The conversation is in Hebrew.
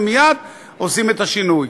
ומייד עושים את השינוי.